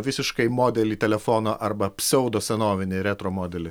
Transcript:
visiškai modelį telefono arba pseudosenovinį retro modelį